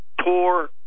poor